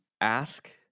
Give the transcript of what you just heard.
ask